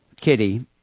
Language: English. Kitty